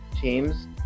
teams